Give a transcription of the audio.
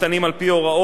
הפקודה רק לתאגידים,